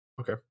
Okay